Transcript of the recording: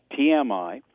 TMI